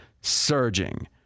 surging